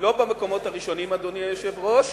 לא במקומות הראשונים, אדוני היושב-ראש.